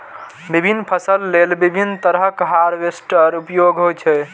विभिन्न फसल लेल विभिन्न तरहक हार्वेस्टर उपयोग होइ छै